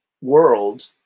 world